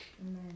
Amen